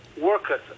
workers